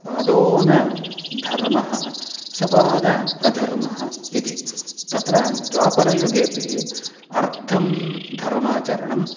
पादोनः धर्मः सपादः अधर्मः इति तत्र द्वापरयुगेऽपि अर्धं धर्माचरणम्